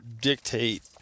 dictate